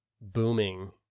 booming